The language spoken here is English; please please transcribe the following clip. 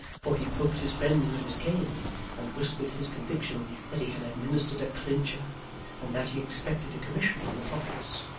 for he poked his friend with his cane and whispered his conviction that he had administered a clincher and that he expected a commission on the profits.